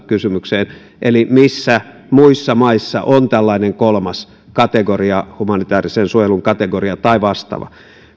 kysymykseen eli missä muissa maissa on tällainen kolmas kategoria humanitäärisen suojelun kategoria tai vastaava